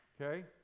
Okay